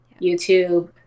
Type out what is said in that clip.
YouTube